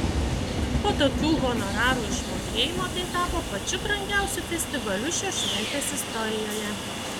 po tokių honorarų išmokėjimo tai tapo pačiu brangiausiu festivaliu šios šventės istorijoje